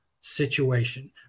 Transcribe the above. situation